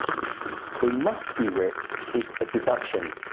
they must be rich is a deduction.